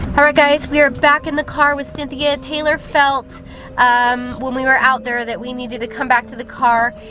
alright, guys. we are back in the car with cynthia. taylor felt um when we were out there that we needed to come back to the car.